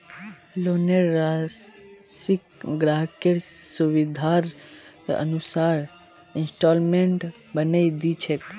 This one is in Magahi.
लोनेर राशिक ग्राहकेर सुविधार अनुसार इंस्टॉल्मेंटत बनई दी छेक